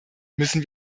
müssen